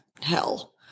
hell